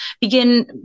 begin